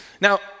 Now